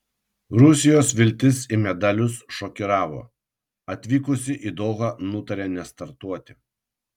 rusijos viltis į medalius šokiravo atvykusi į dohą nutarė nestartuoti